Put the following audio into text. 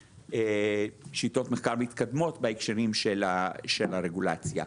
שיטות מחקר מתקדמות בהקשרים של הרגולציה.